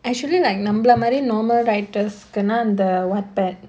actually like நம்மல மாரி:nammala maari normal writers kena அந்த:antha wattpad